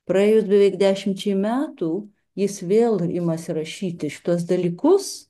praėjus beveik dešimčiai metų jis vėl imasi rašyti šituos dalykus